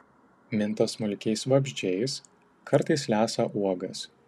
minta smulkiais vabzdžiais kartais lesa uogas